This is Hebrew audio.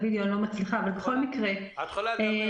אותך, אבל חובת המחאה שלך לפרוטוקול נאמרה.